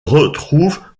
retrouve